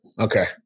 okay